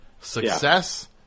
success